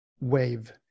wave